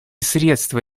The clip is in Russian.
средства